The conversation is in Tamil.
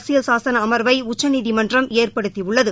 அரசியல் சாசன அமர்வை உச்சநீதிமன்றம் ஏற்படுத்தியுள்ளது